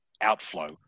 outflow